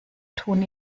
tun